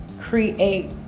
create